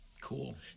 cool